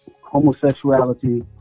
homosexuality